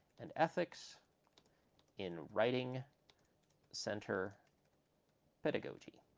and ethics in writing center pedagogy.